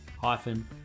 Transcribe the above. hyphen